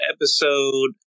episode